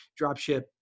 dropship